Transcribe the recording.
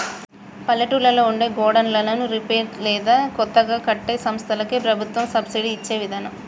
పల్లెటూళ్లలో ఉండే గోడన్లను రిపేర్ లేదా కొత్తగా కట్టే సంస్థలకి ప్రభుత్వం సబ్సిడి ఇచ్చే విదానం